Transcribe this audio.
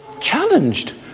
Challenged